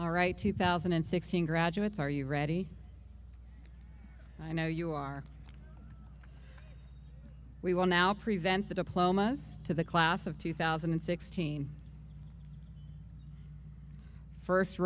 all right two thousand and sixteen graduates are you ready i know you are we will now prevent the diplomas to the class of two thousand and sixteen first